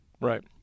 right